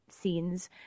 scenes